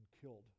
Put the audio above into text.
killed